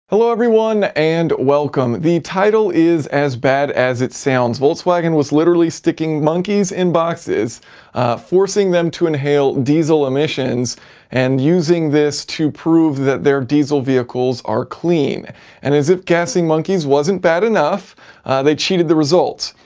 hello everyone and welcome the title is as bad as it sounds volkswagen was literally sticking monkeys in boxes forcing them to inhale diesel emissions and using this to prove that their diesel vehicles are clean and as if gassing monkeys wasn't bad enough they cheated the results.